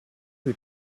who